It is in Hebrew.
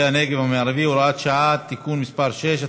הנגב המערבי (הוראת שעה) (תיקון מס' 6),